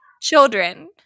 Children